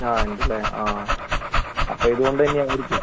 ആ ഉണ്ട് അല്ലേ ആ അപ്പോൾ ഇതുകൊണ്ട് തന്നെ ആയിരിക്കാം